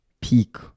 peak